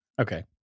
Okay